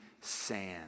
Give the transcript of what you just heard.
sand